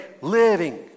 living